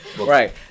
Right